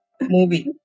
movie